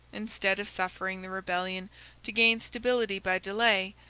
instead of suffering the rebellion to gain stability by delay,